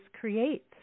creates